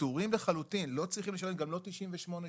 פטורים לחלוטין לא צריכים לשלם גם לא 98 שקלים.